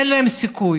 אין להם סיכוי.